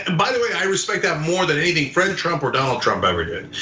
by the way, i respect that more than anything fred trump or donald trump ever did.